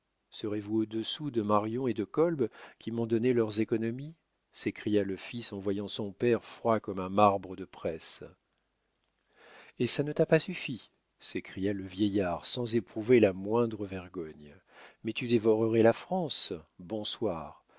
serez-vous au-dessous de marion et de kolb qui m'ont donné leurs économies s'écria le fils en voyant son père froid comme un marbre de presse et ça ne t'a pas suffi s'écria le vieillard sans éprouver la moindre vergogne mais tu dévorerais la france bonsoir